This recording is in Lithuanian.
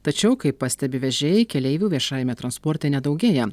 tačiau kaip pastebi vežėjai keleivių viešajame transporte nedaugėja